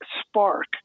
Spark